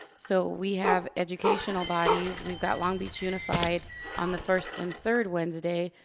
so we have educational bodies, we've got long beach unified on the first and third wednesday,